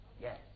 Yes